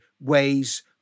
ways